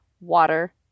water